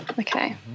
Okay